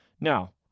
Now